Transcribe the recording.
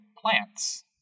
plants